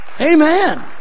Amen